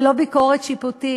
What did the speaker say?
ללא ביקורת שיפוטית.